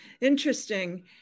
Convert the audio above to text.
interesting